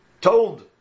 told